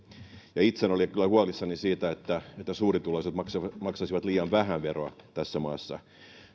itse en ole kyllä huolissani siitä että suurituloiset maksaisivat liian vähän veroa tässä maassa